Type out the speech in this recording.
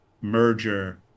merger